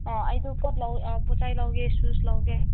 ꯑꯩꯗꯣ ꯄꯣꯠ ꯂꯧꯒꯦ ꯄꯣꯠ ꯆꯩ ꯂꯧꯒꯦ ꯁꯨꯁ ꯂꯧꯒꯦ